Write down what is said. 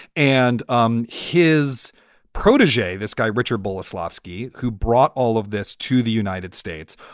and um his protege, this guy, richard bullis orlovsky, who brought all of this to the united states,